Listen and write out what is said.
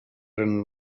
breton